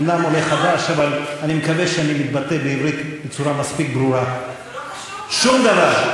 מאפשר לפגוע בצורה כל כך בוטה בתקנון הכנסת.